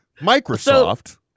Microsoft